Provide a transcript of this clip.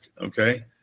Okay